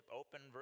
open